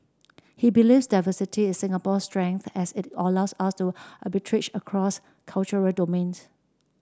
he believes diversity is Singapore's strength as it allows us to arbitrage across cultural domains